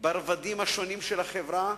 ברבדים השונים של החברה,